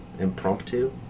Impromptu